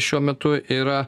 šiuo metu yra